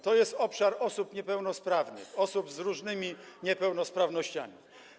To jest obszar osób niepełnosprawnych, osób z różnymi niepełnosprawnościami.